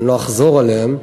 אני לא אחזור עליהם.